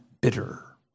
bitter